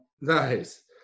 nice